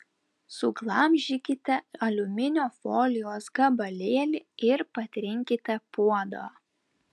suglamžykite aliuminio folijos gabalėlį ir patrinkite puodą